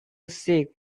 sick